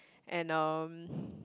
and um